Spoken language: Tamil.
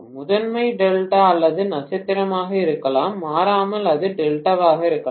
முதன்மை டெல்டா அல்லது நட்சத்திரமாக இருக்கலாம் மாறாமல் அது டெல்டாவாக இருக்கலாம்